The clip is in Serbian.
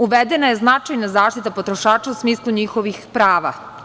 Uvedena je značajna zaštita potrošača u smislu njihovih prava.